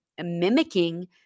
mimicking